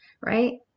right